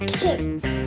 kids